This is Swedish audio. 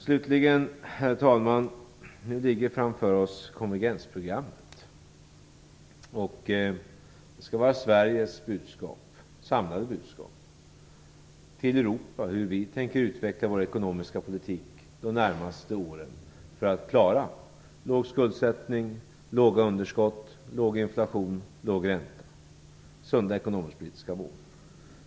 Slutligen, herr talman, ligger nu framför oss konvergensprogrammet. Det skall vara Sveriges samlade budskap till Europa om hur vi tänker utveckla vår ekonomiska politik under de närmaste åren för att klara låg skuldsättning, låga underskott, låg inflation och låg ränta - sunda ekonomisk-politiska mål.